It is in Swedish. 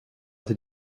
till